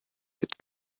wird